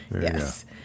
Yes